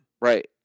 Right